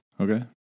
Okay